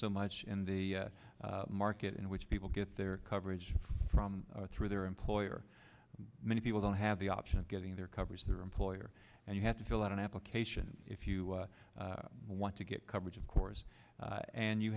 so much in the a market in which people get their coverage from through their employer many people don't have the option of getting their coverage their employer and you have to fill out an application if you want to get coverage of course and you